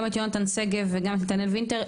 גם את יהונתן שגב וגם את נתנאל וינטר,